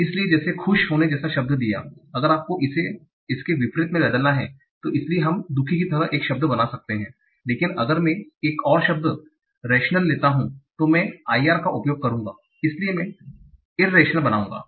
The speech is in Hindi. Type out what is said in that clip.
इसलिए जेसे हैप्पी जैसा शब्द दिया अगर आपको इसे इसके विपरीत में बदलना है इसलिए हम अनहैप्पी एक शब्द बना सकते हैं लेकिन अगर मैं एक और शब्द रेशनल लेता हूं तो मैं i r का उपयोग करूंगा इसलिए मैं इररेशनल बनाऊंगा